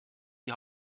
die